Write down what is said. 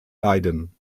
leiden